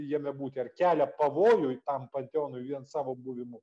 jame būti ar kelia pavojų tam panteonui vien savo buvimu